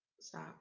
stop